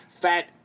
fat